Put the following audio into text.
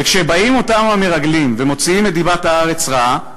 וכשבאים אותם המרגלים ומוציאים את דיבת הארץ רעה,